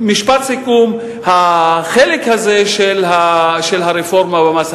משפט סיכום: החלק הזה של הרפורמה במס,